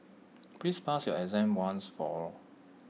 please pass your exam once and for all